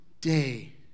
day